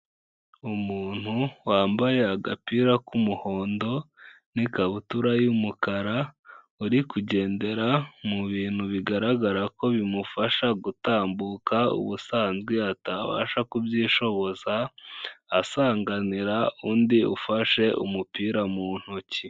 Umuntu wambaye agapira k'umuhondo n'ikabutura y'umukara, uri kugendera mu bintu bigaragara ko bimufasha gutambuka ubusanzwe atabasha kubyishoboza, asanganira undi ufashe umupira mu ntoki.